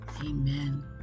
amen